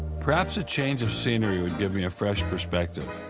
perhaps a change of scenery would give me a fresh perspective.